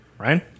right